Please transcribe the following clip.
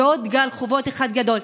ועוד גל חובות אחד גדול.